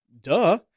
duh